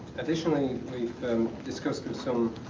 additionally, we've discussed with some